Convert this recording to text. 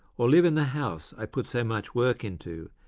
or live in the house i put so much work into,